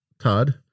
Todd